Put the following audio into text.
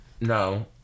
No